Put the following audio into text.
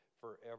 forever